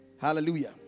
Hallelujah